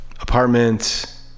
apartment